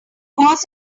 was